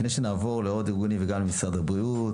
לפני שנעבור לעוד ארגונים וגם למשרד הבריאות.